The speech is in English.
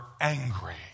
angry